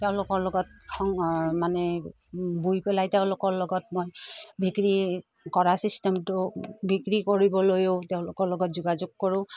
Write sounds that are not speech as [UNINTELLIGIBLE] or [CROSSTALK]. তেওঁলোকৰ লগত [UNINTELLIGIBLE] মানে বৈ পেলাই তেওঁলোকৰ লগত মই বিক্ৰী কৰা চিষ্টেমটো বিক্ৰী কৰিবলৈও তেওঁলোকৰ লগত যোগাযোগ কৰোঁ